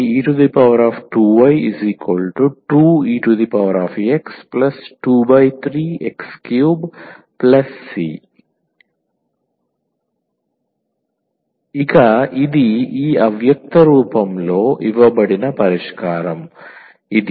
e2y2ex23x3c e2y2exx33c1 ఇక ఇది ఈ అవ్యక్త రూపంలో ఇవ్వబడిన పరిష్కారం ఇది